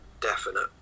definite